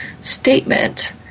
statement